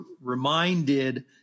reminded